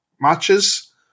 matches